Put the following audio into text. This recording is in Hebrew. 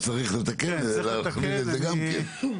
אז צריך לתקן ולהכניס את זה גם כן.